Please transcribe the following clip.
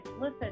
listen